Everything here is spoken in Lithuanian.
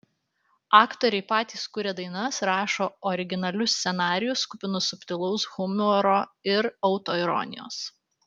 aktoriai patys kuria dainas rašo originalius scenarijus kupinus subtilaus humoro ir autoironijos